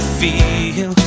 feel